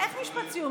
איך משפט סיום?